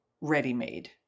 ready-made